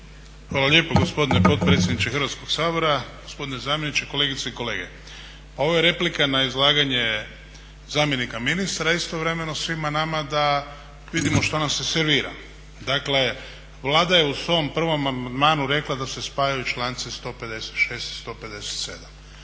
Hvala lijepo gospodine potpredsjedniče Hrvatskog sabora, gospodine zamjeniče, kolegice i kolege. Ovo je replika na izlaganje zamjenika ministra, a istovremeno svima nama da vidimo što nam se servira. Dakle, Vlada je u svom prvom amandmanu rekla da se spajaju članci 156. i 157.,